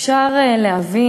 אפשר להבין.